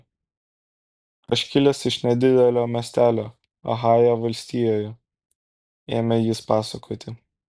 aš kilęs iš nedidelio miestelio ohajo valstijoje ėmė jis pasakoti